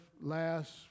last